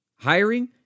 Hiring